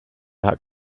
not